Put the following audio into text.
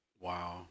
Wow